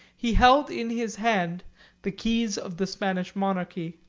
he held in his hands the keys of the spanish monarchy.